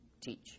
teach